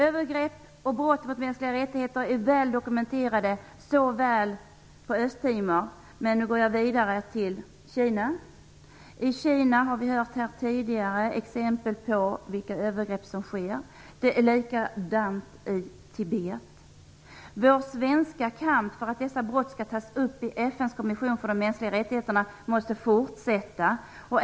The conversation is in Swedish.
Övergrepp och brott mot mänskliga rättigheter är väl dokumenterade i Östtimor och på andra håll. Jag avser nu att tala om Kina. Vi har här tidigare fått exempel på vilka övergrepp som sker i Kina. Det är likadant i Tibet. Vår svenska kamp för att dessa brott skall tas upp i FN:s kommission för mänskliga rättigheter måste fortsätta.